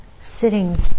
sitting